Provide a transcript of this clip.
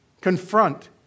confront